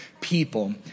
people